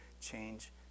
change